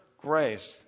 grace